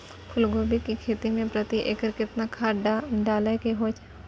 फूलकोबी की खेती मे प्रति एकर केतना खाद डालय के होय हय?